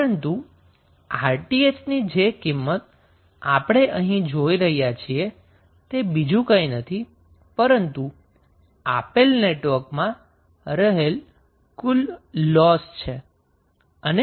પરંતુ 𝑅𝑇ℎ ની જે કિંમત આપણે અહીં જોઈ રહ્યા છીએ તે બીજું કંઈ નથી પરંતુ આપેલ નેટવર્કમાં રહેલ કુલ લોસ છે